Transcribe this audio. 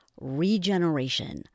regeneration